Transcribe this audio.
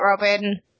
Robin